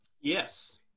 Yes